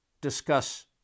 discuss